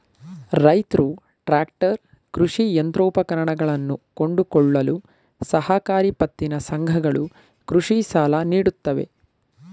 ರೈತ್ರು ಟ್ರ್ಯಾಕ್ಟರ್, ಕೃಷಿ ಯಂತ್ರೋಪಕರಣಗಳನ್ನು ಕೊಂಡುಕೊಳ್ಳಲು ಸಹಕಾರಿ ಪತ್ತಿನ ಸಂಘಗಳು ಕೃಷಿ ಸಾಲ ನೀಡುತ್ತವೆ